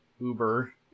Uber